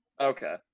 Okay